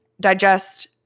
digest